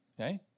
Okay